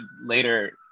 later